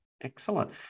Excellent